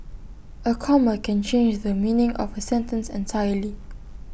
A comma can change the meaning of A sentence entirely